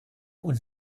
und